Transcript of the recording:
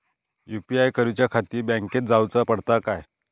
UPI करूच्याखाती बँकेत जाऊचा पडता काय?